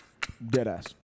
Deadass